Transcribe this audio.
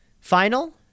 final